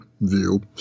view